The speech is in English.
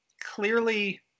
clearly